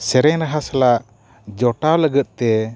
ᱥᱮᱨᱮᱧ ᱨᱟᱦᱟ ᱥᱟᱞᱟᱜ ᱡᱚᱴᱟᱣ ᱞᱟᱹᱜᱤᱫᱛᱮ